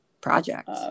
Projects